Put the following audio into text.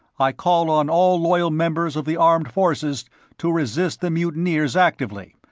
i call on all loyal members of the armed forces to resist the mutineers actively,